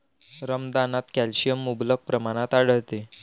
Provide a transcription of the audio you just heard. रमदानात कॅल्शियम मुबलक प्रमाणात आढळते